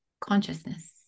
consciousness